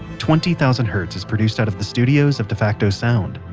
twenty thousand hertz is produced out of the studios of defacto sound,